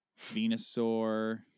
Venusaur